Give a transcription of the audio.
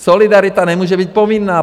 Solidarita nemůže být povinná.